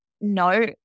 no